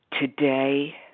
Today